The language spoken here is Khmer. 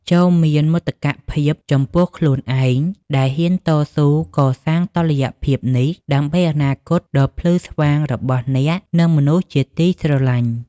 ចូរមានមោទកភាពចំពោះខ្លួនឯង ដែលហ៊ានតស៊ូកសាងតុល្យភាពនេះ ដើម្បីអនាគតដ៏ភ្លឺស្វាងរបស់អ្នក និងមនុស្សជាទីស្រឡាញ់។